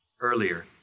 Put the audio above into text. earlier